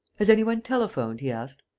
has any one telephoned? he asked.